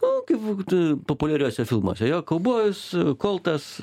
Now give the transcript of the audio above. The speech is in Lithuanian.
nu kaip va tai populiariuose filmuose jo kaubojus koltas